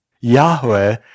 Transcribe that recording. Yahweh